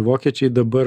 vokiečiai dabar